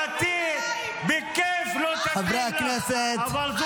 דעתי בכיף לא תתאים לך ----- חברי הכנסת.